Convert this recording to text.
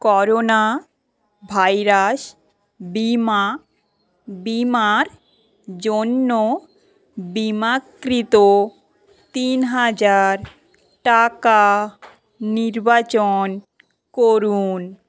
corona virus বিমা বিমার জন্য বিমাকৃত তিন হাজার টাকা নির্বাচন করুন